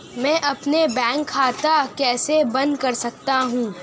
मैं अपना बैंक खाता कैसे बंद कर सकता हूँ?